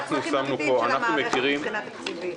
מה הצרכים של המערכת מבחינה תקציבית?